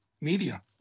Media